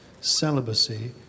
celibacy